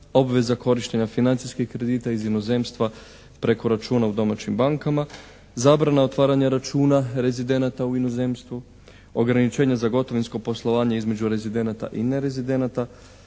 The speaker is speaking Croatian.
obveza korištenja financijskih kredita iz inozemstva preko računa u domaćim bankama, zabrana otvaranja računa rezidenata u inozemstvu, ograničenje za gotovinsko poslovanje između rezidenata i nerezidenata